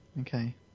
Okay